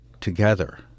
together